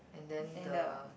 then the